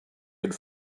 had